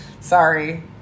Sorry